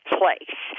place